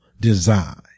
design